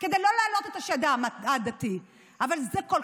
כדי לא להעלות את השד העדתי,